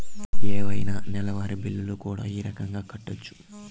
ఏవైనా నెలవారి బిల్లులు కూడా ఈ రకంగా కట్టొచ్చు